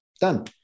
done